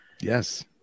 Yes